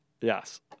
Yes